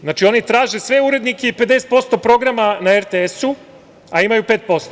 Znači, oni traže sve urednike i 50% programa na RTS-u, a imaju 5%